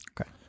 Okay